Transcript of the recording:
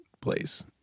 place